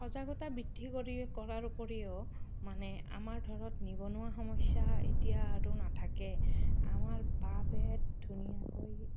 সজাগতা বৃদ্ধি কৰি কৰাৰ উপৰিও মানে আমাৰ ঘৰত নিবনুৱা সমস্যা এতিয়া আৰু নাথাকে আমাৰ বাঁহ বেত ধুনীয়াকৈ